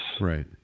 Right